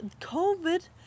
COVID